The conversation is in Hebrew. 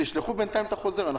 שישלחו בינתיים את החוזר.